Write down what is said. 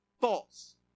false